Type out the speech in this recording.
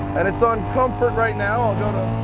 and it's on comfort right now. i'll go to